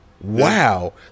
Wow